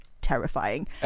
terrifying